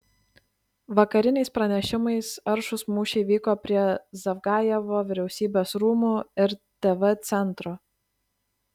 vakariniais pranešimais aršūs mūšiai vyko prie zavgajevo vyriausybės rūmų ir tv centro